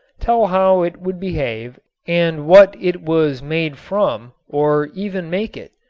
tell how it would behave and what it was made from, or even make it.